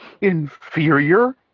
Inferior